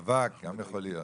מאבק, גם יכול להיות.